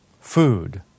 food